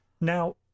Now